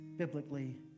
Biblically